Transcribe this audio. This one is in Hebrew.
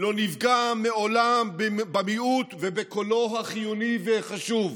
לא נפגע לעולם במיעוט ובקולו החיוני והחשוב.